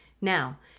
Now